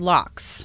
Locks